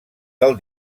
del